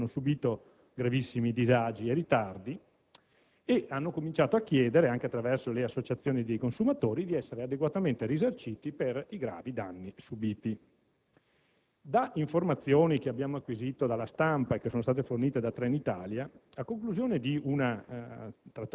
Pendolari e viaggiatori, rimasti in balia di questa masnada di facinorosi, hanno subito gravissimi disagi e ritardi ed hanno cominciato a chiedere, anche attraverso le associazioni dei consumatori, di essere adeguatamente risarciti per i gravi danni subiti.